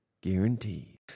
guaranteed